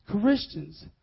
Christians